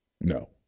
No